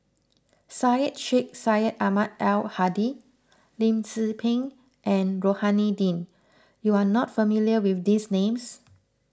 Syed Sheikh Syed Ahmad Al Hadi Lim Tze Peng and Rohani Din you are not familiar with these names